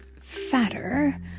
fatter